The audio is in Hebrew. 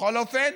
בכל אופן,